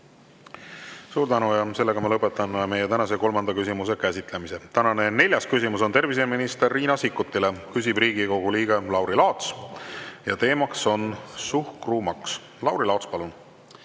Suur tänu! Lõpetan meie tänase kolmanda küsimuse käsitlemise. Tänane neljas küsimus on terviseminister Riina Sikkutile. Küsib Riigikogu liige Lauri Laats ja teemaks on suhkrumaks. Lauri Laats, palun!